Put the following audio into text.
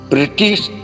British